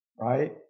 right